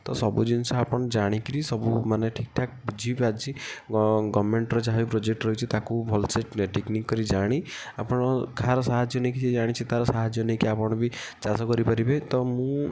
ତ ସବୁ ଜିନିଷ ଆପଣ ଜାଣି କରି ସବୁ ମାନେ ଠିକ୍ ଠାକ୍ ବୁଝି ବାଝି ଗ ଗଭର୍ଣ୍ଣମେଣ୍ଟ୍ର ଯାହା ବି ପ୍ରୋଜେକ୍ଟ୍ ରହିଛି ତାକୁ ଭଲ ସେ ଟିକି ନିଖି କରିକି ଜାଣି ଆପଣ କାହାର ସାହାଯ୍ୟ ନେଇକି ତାର ସାହାଯ୍ୟ ନେଇକି ଆପଣ ବି ଚାଷ କରିପାରିବେ ତ ମୁଁ